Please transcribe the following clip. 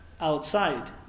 outside